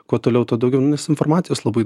kuo toliau tuo daugiau informacijos labai